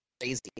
crazy